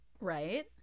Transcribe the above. Right